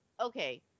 Okay